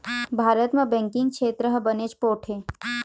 भारत म बेंकिंग छेत्र ह बनेच पोठ हे